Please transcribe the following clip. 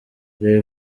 jay